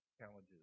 challenges